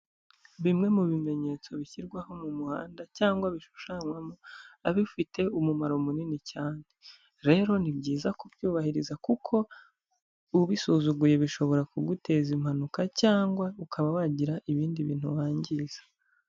Bimwe mu bimenyetso bishyirwaho mu muhanda cyangwa bishushanywamo, biba bifite umumaro munini cyane. Rero ni byiza kubyubahiriza kuko ubisuzuguye bishobora kuguteza impanuka cyangwa ukaba wagira ibindi bintu wangiza.